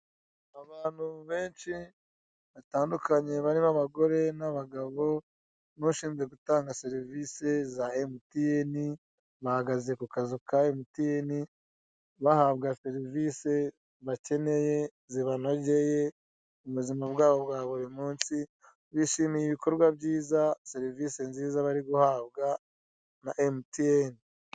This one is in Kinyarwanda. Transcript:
Abantu benshi batandukanye barimo abagore n'abagabo n'ushinzwe gutanga serivise za MTN, bahagaze ku kazu ka MTN bahabwa serivise bakeneye zibanogeye mu buzima bwabo bwa buri munsi bishimiye ibikorwa byiza serivise nziza bari guhabwa na MTN.